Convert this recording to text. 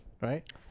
Right